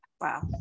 Wow